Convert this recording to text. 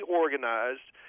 organized